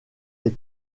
est